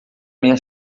minha